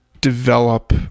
develop